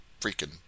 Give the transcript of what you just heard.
freaking